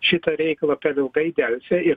šitą reikalą per ilgai delsė ir